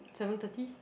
seven thirty